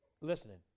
listening